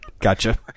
Gotcha